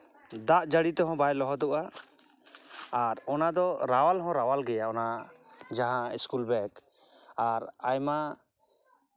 ᱫᱟᱜ ᱡᱟᱹᱲᱤ ᱛᱮᱦᱚᱸ ᱵᱟᱭ ᱞᱚᱦᱚᱫᱚᱜᱼᱟ ᱟᱨ ᱚᱱᱟ ᱫᱚ ᱨᱟᱣᱟᱞ ᱦᱚᱸ ᱨᱟᱣᱟᱞ ᱜᱮᱭᱟ ᱚᱱᱟ ᱡᱟᱦᱟᱸ ᱤᱥᱠᱩᱞ ᱵᱮᱜᱽ ᱟᱨ ᱟᱭᱢᱟ